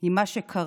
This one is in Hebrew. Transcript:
עם מה שקרה,